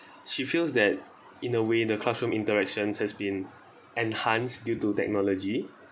she feels that in a way the classroom interactions has been enhanced due to technology